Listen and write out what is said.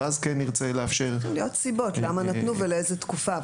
ואז כן נרצה לאפשר --- צריכות להיות סיבות ללמה נתנו ולאיזו תקופה.